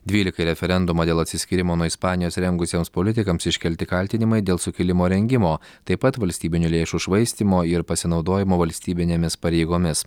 dvylikai referendumą dėl atsiskyrimo nuo ispanijos rengusiems politikams iškelti kaltinimai dėl sukilimo rengimo taip pat valstybinių lėšų švaistymo ir pasinaudojimo valstybinėmis pareigomis